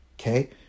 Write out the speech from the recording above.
okay